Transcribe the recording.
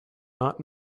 not